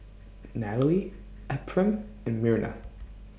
Nathalie Ephram and Myrna